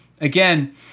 again